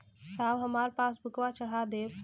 साहब हमार पासबुकवा चढ़ा देब?